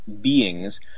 beings